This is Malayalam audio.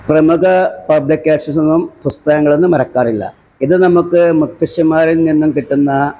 പ്രമുഖ പബ്ലികേഷന്സൊന്നും പുസ്തകങ്ങളൊന്നും ഇറയ്ക്കാറില്ല ഇത് നമുക്ക് മുത്തശ്ശിമാരില് നിന്നും കിട്ടുന്ന